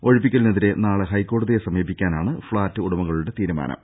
ഒഴിപ്പിക്കലിനെതിരെ നാളെ ഹൈക്കോടതിയെ സമീപിക്കാനാണ് ഫ്ളാറ്റ് ഉടമകളുടെ തീരു മാനം